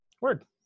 Word